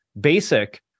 basic